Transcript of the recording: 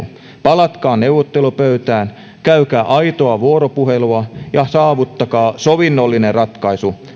palatkaa neuvottelupöytään käykää aitoa vuoropuhelua ja saavuttakaa sovinnollinen ratkaisu